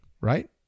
right